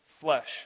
flesh